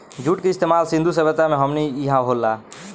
जुट के इस्तमाल सिंधु सभ्यता से हमनी इहा होला